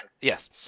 yes